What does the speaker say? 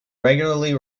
regularly